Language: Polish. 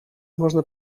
można